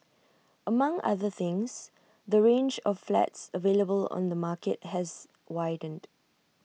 among other things the range of flats available on the market has widened